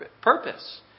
purpose